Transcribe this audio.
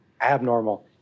abnormal